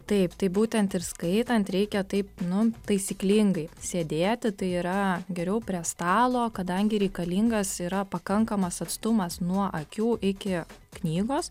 taip tai būtent ir skaitant reikia taip nu taisyklingai sėdėti tai yra geriau prie stalo kadangi reikalingas yra pakankamas atstumas nuo akių iki knygos